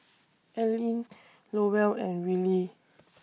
Alleen Lowell and Rillie